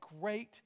great